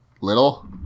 Little